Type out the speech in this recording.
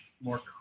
more